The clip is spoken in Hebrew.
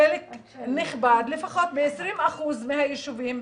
חלק נכבד, לפחות ב-20% מהיישובים,